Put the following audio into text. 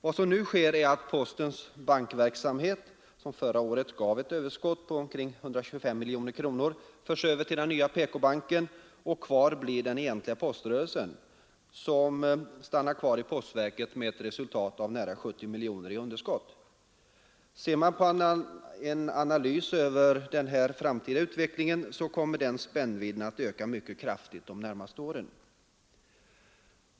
Vad som nu sker är att postens bankverksamhet, som förra året gav ett överskott på omkring 125 miljoner kronor, förs över till den nya PK-banken, och kvar blir den egentliga poströrelsen som stannar kvar i postverket med ett resultat av nära 70 miljoner kronor i underskott. Ser man på en analys över den framtida utvecklingen, kommer denna spännvidd att öka kraftigt under de närmaste åren.